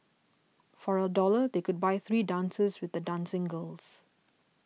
for a dollar they could buy three dances with the dancing girls